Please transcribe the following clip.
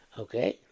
Okay